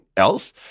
else